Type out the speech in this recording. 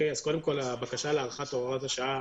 קודם כל, הבקשה להארכת הוראת השעה